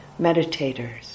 meditators